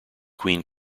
queen